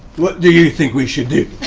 what do you think we should do?